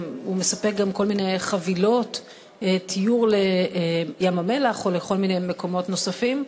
והוא מספק גם כל מיני חבילות תיור לים-המלח ולכל מיני מקומות נוספים.